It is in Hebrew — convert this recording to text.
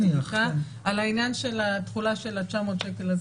על העניין של התחולה של ה-900 שקל,